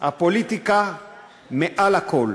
הפוליטיקה מעל הכול.